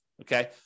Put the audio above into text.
okay